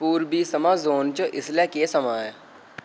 पूरबी समां ज़ोन च इसलै केह् समां ऐ